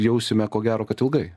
jausime ko gero kad ilgai